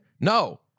no